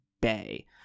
Bay